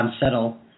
Settle